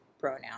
pronoun